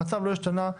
המצב לא השתנה,